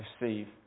receive